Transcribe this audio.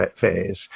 phase